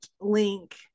link